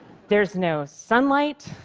there's no sunlight,